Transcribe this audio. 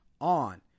on